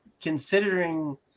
considering